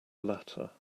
latter